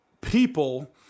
people